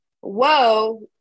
whoa